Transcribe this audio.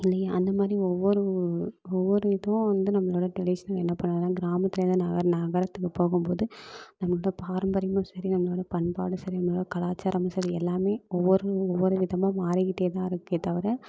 இல்லையா அந்த மாதிரி ஒவ்வொரு ஒவ்வொரு இதுவும் வந்து நம்மளோடய ட்ரெடிஷ்னல் என்ன பண்ணுவாங்கனால் கிராமத்துலிருந்து நா நகரத்துக்கு போகும் போது நம்மளோட பராம்பரியமும் சரி நம்மளோட பண்பாடும் சரி நம்மளோட கலாச்சாரமும் சரி எல்லாமே ஒவ்வொரு ஒவ்வொரு விதமாக மாறிக்கிட்டே தான் இருக்கே தவிர